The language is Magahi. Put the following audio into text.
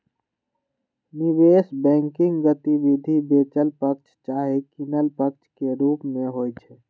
निवेश बैंकिंग गतिविधि बेचल पक्ष चाहे किनल पक्ष के रूप में होइ छइ